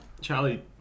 Charlie